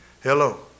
Hello